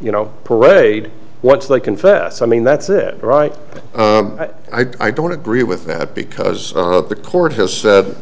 you know parade once they confess i mean that's it right but i don't agree with that because the court has